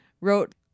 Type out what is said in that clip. wrote